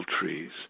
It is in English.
trees